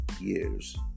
years